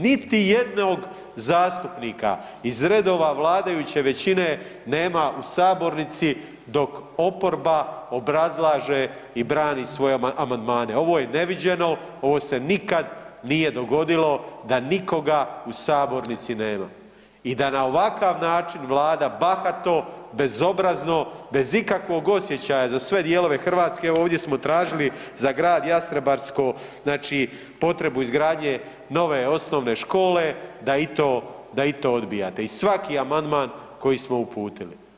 Niti jednog zastupnika iz redova vladajuće većine nema u sabornici dok oporba obrazlaže i brani svoje amandmane, ovo je neviđeno, ovo se nikad nije dogodilo da nikoga u sabornici nema i da na ovakav način Vlada bahato, bezobrazno, bez ikakvog osjećaja za sve dijelove Hrvatske ovdje smo tražili za Grad Jastrebarsko potrebu izgradnje nove osnovne škole da i to odbijate i svaki amandman koji smo uputili.